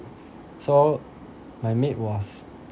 so my maid was